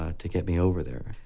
ah to get me over there.